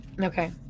Okay